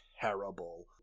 terrible